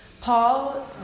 Paul